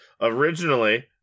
originally